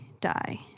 Die